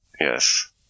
Yes